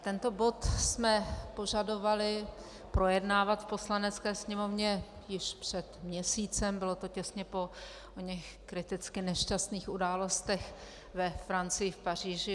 Tento bod jsme požadovali projednávat v Poslanecké sněmovně již před měsícem, bylo to těsně po oněch kriticky nešťastných událostech ve Francii, v Paříži.